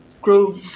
grow